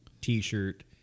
T-shirt